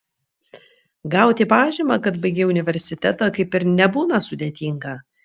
gauti pažymą kad baigei universitetą kaip ir nebūna sudėtinga